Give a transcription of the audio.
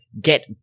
get